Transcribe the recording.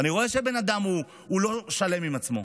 אני רואה שהבן אדם הוא לא שלם עם עצמו,